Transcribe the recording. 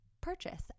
purchase